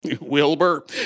Wilbur